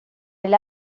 del